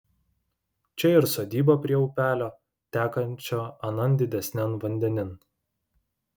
čia ir sodyba prie upelio tekančio anan didesnian vandenin